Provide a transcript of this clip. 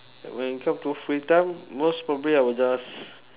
when come to free time most probably I will just